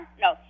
No